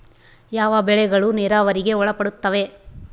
ಯಾವ ಬೆಳೆಗಳು ನೇರಾವರಿಗೆ ಒಳಪಡುತ್ತವೆ?